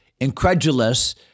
incredulous